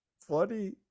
funny